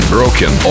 Broken